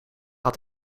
had